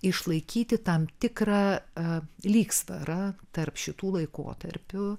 išlaikyti tam tikrą lygsvarą tarp šitų laikotarpių